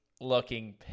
looking